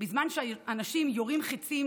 בזמן שאנשים יורים חיצים